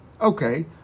Okay